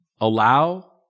Allow